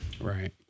Right